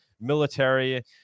military